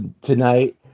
tonight